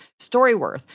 StoryWorth